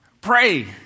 pray